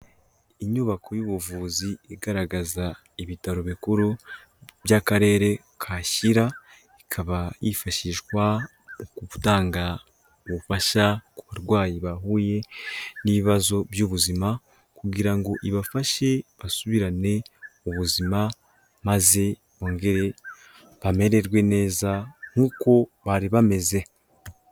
Inyubako y'ubuvuzi igaragaza ibitaro bikuru by'akarere ka Shyira, ikaba yifashishwa gutanga ubufasha ku barwayi bahuye n'ibibazo by'ubuzima, kugira ngo ibafashe basubirane ubuzima, maze bongere bamererwe neza nkuko bari bameze.